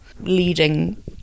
leading